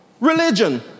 Religion